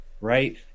right